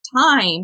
time